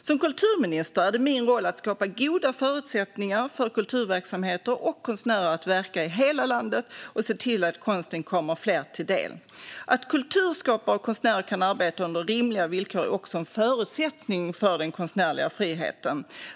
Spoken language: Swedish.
Som kulturminister är det min roll att skapa goda förutsättningar för kulturverksamheter och konstnärer att verka i hela landet och se till att konsten kommer fler till del. Att kulturskapare och konstnärer kan arbeta under rimliga villkor är också en förutsättning för den konstnärliga friheten.